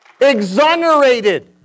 Exonerated